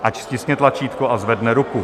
Ať stiskne tlačítko a zvedne ruku.